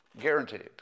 Guaranteed